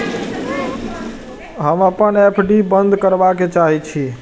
हम अपन एफ.डी बंद करबा के चाहे छी